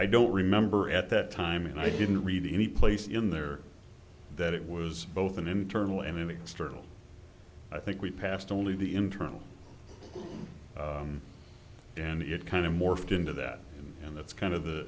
i don't remember at that time and i didn't read any place in there that it was both an internal and external i think we passed only the internal and it kind of morphed into that and that's kind of the